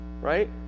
right